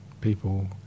people